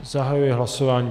Zahajuji hlasování.